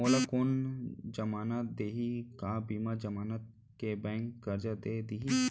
मोला कोन जमानत देहि का बिना जमानत के बैंक करजा दे दिही?